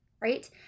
right